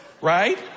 Right